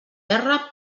terra